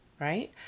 right